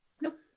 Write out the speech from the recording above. nope